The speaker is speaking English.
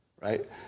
right